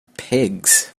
pigs